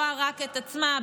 רואה רק את עצמה,